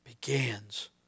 begins